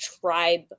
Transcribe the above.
tribe